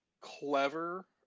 clever